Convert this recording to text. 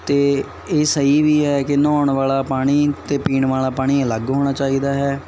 ਅਤੇ ਇਹ ਸਹੀ ਵੀ ਹੈ ਕਿ ਨਹਾਉਣ ਵਾਲਾ ਪਾਣੀ ਅਤੇ ਪੀਣ ਵਾਲਾ ਪਾਣੀ ਅਲੱਗ ਹੋਣਾ ਚਾਹੀਦਾ ਹੈ